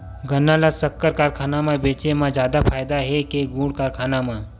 गन्ना ल शक्कर कारखाना म बेचे म जादा फ़ायदा हे के गुण कारखाना म?